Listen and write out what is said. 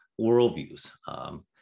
worldviews